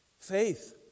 Faith